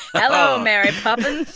hello, mary poppins